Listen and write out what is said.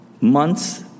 months